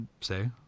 say